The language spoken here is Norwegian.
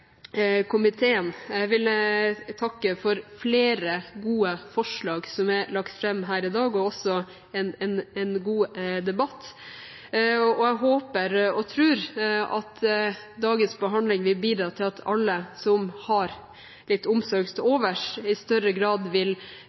komiteen. Jeg vil takke for flere gode forslag som er lagt fram her i dag, og også for en god debatt. Jeg håper og tror at dagens behandling vil bidra til at alle som har litt omsorg til overs, i større grad vil